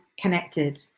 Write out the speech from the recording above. connected